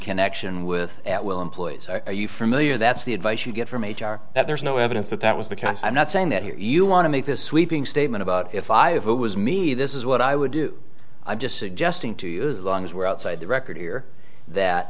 connection with at will employees are you familiar that's the advice you get from h r that there's no evidence that that was the case i'm not saying that here you want to make this sweeping statement about if i if it was me this is what i would do i'm just suggesting to you as long as we're outside the record here that